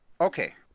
Okay